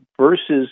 versus